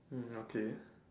hmm okay